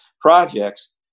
projects